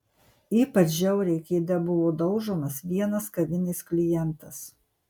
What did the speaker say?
ypač žiauriai kėde buvo daužomas vienas kavinės klientas